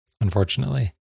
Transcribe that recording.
Unfortunately